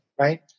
right